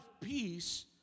peace